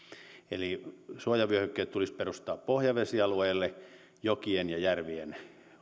eli suojavyöhykkeet tulisi perustaa pohjavesialueille jokien ja järvien